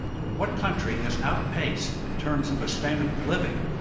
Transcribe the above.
what country has outpaced, in terms of a standard of living,